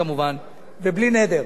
בעזרת השם כמובן, ובלי נדר,